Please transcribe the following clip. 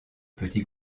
petits